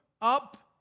up